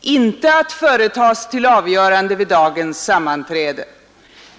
inte att företas till avgörande vid dagens sammanträde.